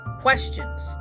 questions